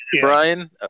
Brian